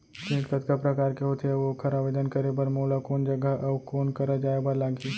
ऋण कतका प्रकार के होथे अऊ ओखर आवेदन करे बर मोला कोन जगह अऊ कोन करा जाए बर लागही?